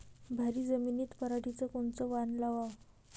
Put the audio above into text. भारी जमिनीत पराटीचं कोनचं वान लावाव?